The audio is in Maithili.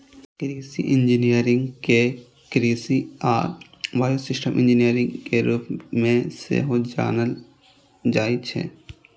कृषि इंजीनियरिंग कें कृषि आ बायोसिस्टम इंजीनियरिंग के रूप मे सेहो जानल जाइ छै